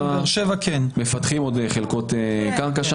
מפתחות שם עוד חלקות קרקע.